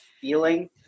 feeling